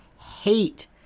Hate